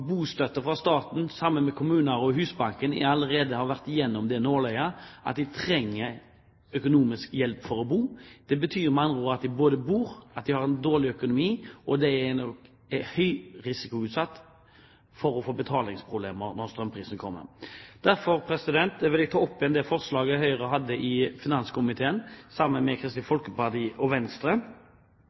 bostøtte fra staten, og det samme fra kommuner og Husbanken, har allerede vært gjennom det nåløyet at de trenger økonomisk hjelp til boutgifter. Det betyr med andre ord at de har en dårlig økonomi, og at de har høy risiko for å få betalingsproblemer når strømprisene øker. Derfor vil jeg ta opp det forslaget Høyre har fremmet sammen med Kristelig Folkeparti og Venstre,